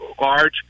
large